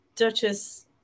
Duchess